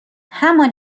همان